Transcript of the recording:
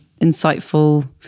insightful